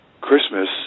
christmas